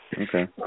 Okay